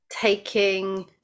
taking